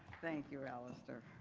thank you, allister.